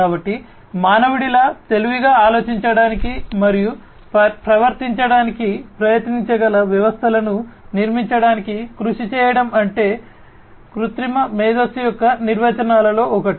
కాబట్టి మానవుడిలా తెలివిగా ఆలోచించడానికి మరియు ప్రవర్తించడానికి ప్రయత్నించగల వ్యవస్థలను నిర్మించడానికి కృషి చేయడం అంటే కృత్రిమ మేధస్సు యొక్క నిర్వచనాలలో ఒకటి